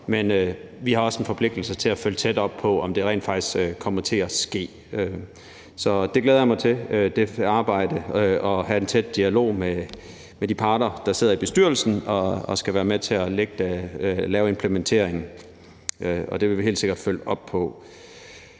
men vi har også en forpligtelse til at følge tæt op på, om det rent faktisk kommer til at ske. Så jeg glæder mig til det arbejde og til at have en tæt dialog med de parter, der sidder i bestyrelsen og skal være med til at lave implementeringen. Og det vil vi helt sikkert følge op på.